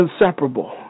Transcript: inseparable